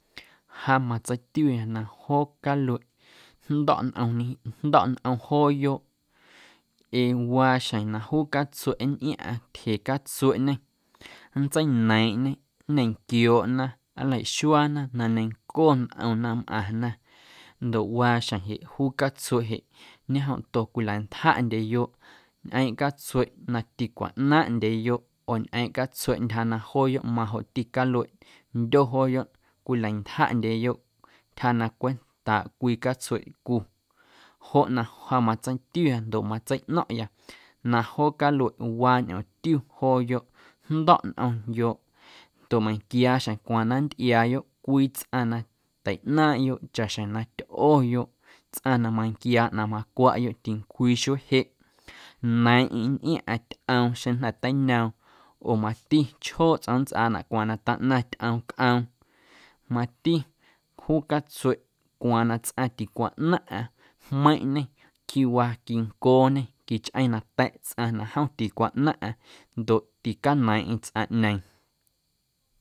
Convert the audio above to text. Ja matseitiuya na joo calueꞌ jndo̱ꞌ nꞌomni jndo̱ꞌ nꞌom jooyoꞌ ee waa xjeⁿ na juu catsueꞌ nntꞌiaⁿꞌaⁿ tyje catsueꞌñe nntseineiiⁿꞌñe nñenquiooꞌna, nlaxuaana na neiⁿnco nꞌomna mꞌaⁿna ndoꞌ waa xjeⁿ jeꞌ juu catsueꞌ jeꞌ ñejomto cwilantjaꞌndyeyoꞌ ñꞌeeⁿ catsueꞌ na ticwaꞌnaaⁿꞌndyeyoꞌ oo ñꞌeeⁿꞌ catsueꞌ ntyja na jooyoꞌ majoꞌti calueꞌndyo jooyoꞌ cwilantyjaꞌndyeyoꞌ ntyja na cwentaaꞌ cwii catsueꞌcu joꞌ na ja matseitiuya na ndoꞌ matseiꞌno̱ⁿꞌya na joo calueꞌ waa ñꞌoomtiu jooyoꞌ, jndo̱ꞌ nꞌomyoꞌ ndoꞌ meiⁿnquia xjeⁿ cwaaⁿ na nntꞌiaayoꞌ cwii tsꞌaⁿ teiꞌnaaⁿꞌyoꞌ chaꞌxjeⁿ na tyꞌoyoꞌ tsꞌaⁿ na manquiaa ꞌnaⁿ macwaꞌyoꞌ tincwii xuee jeꞌ neiiⁿꞌeiⁿ nntꞌiaⁿꞌaⁿ tyꞌoom xeⁿ na jnda̱ teiñoom oo mati chjooꞌ tsꞌoom nntsꞌaanaꞌ cwaaⁿ na taꞌnaⁿ tyꞌoom cꞌoom mati juu catsueꞌ cwaaⁿ na tsꞌaⁿ ticwaꞌnaⁿꞌaⁿ jmeiⁿꞌñe quiwaa quincooñe, quichꞌeⁿ nata̱ꞌ tsꞌaⁿ na jom ticwaꞌnaⁿꞌaⁿ ndoꞌ ticaneiiⁿꞌeiⁿ tsꞌaⁿꞌñeeⁿ.